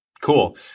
cool